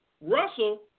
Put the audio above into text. Russell